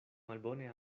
malbone